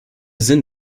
sinn